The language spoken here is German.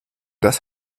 das